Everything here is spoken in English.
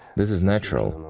this is natural.